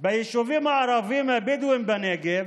ביישובים הערביים-הבדואיים בנגב